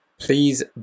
Please